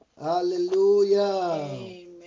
Hallelujah